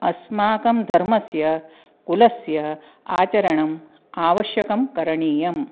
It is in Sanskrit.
अस्माकं धर्मस्य कुलस्य आचारणम् आवश्यकं करणीयम्